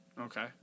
Okay